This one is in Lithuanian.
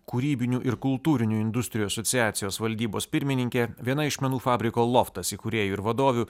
kūrybinių ir kultūrinių industrijų asociacijos valdybos pirmininkė viena iš menų fabriko loftas įkūrėjų ir vadovių